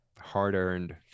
hard-earned